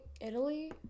Italy